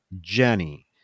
Jenny